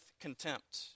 contempt